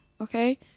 okay